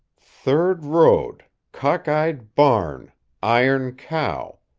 third road cockeyed barn iron cow,